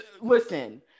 Listen